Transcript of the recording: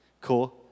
Cool